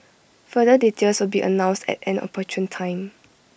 further details will be announced at an opportune time